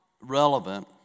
relevant